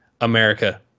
America